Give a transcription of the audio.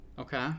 Okay